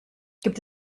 gibt